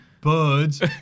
birds